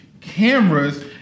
Cameras